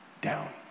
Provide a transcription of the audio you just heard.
down